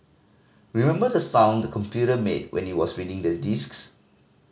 remember the sound the computer made when it was reading the disks